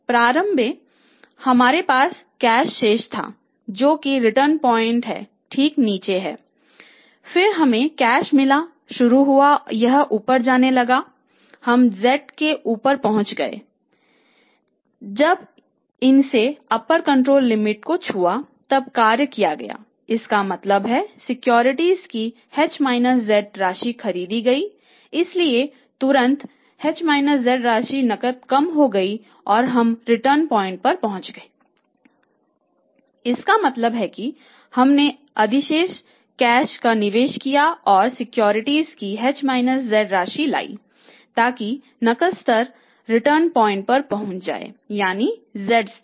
प्रारंभ में हमारे पास कैश शेष था जो कि रिटर्न पॉइंट पर पहुंच जाए यानी z स्तर